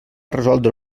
resoldre